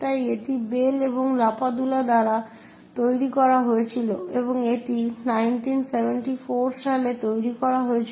তাই এটি বেল এবং লাপাদুলা দ্বারা তৈরি করা হয়েছিল এবং এটি 1974 সালে তৈরি করা হয়েছিল